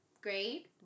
great